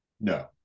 No